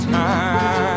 time